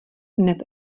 neb